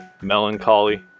melancholy